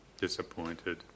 disappointed